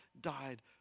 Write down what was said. died